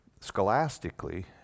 scholastically